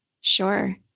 Sure